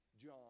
John